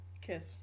Kiss